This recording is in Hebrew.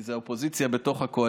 כי זו האופוזיציה בתוך הקואליציה,